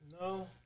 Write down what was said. no